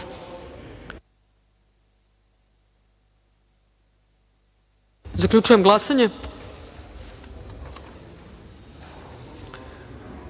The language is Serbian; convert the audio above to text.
se. Zaključujem glasanje: